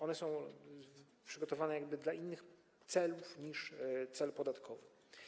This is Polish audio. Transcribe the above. One są przygotowane dla innych celów niż cel podatkowy.